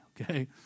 okay